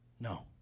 No